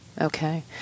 Okay